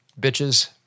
bitches